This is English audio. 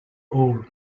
hole